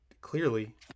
clearly